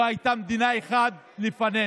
לא הייתה מדינה אחת לפנינו.